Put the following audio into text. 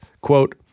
quote